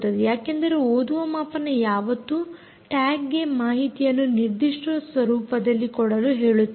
ಯಾಕೆಂದರೆ ಓದುವ ಮಾಪನ ಯಾವತ್ತೂ ಟ್ಯಾಗ್ಗೆ ಮಾಹಿತಿಯನ್ನು ನಿರ್ದಿಷ್ಟ ಸ್ವರೂಪದಲ್ಲಿ ಕೊಡಲು ಹೇಳುತ್ತದೆ